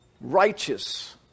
righteous